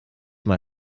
mal